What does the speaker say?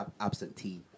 absentee